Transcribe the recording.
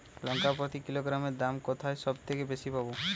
লঙ্কা প্রতি কিলোগ্রামে দাম কোথায় সব থেকে বেশি পাব?